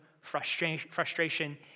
frustration